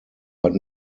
but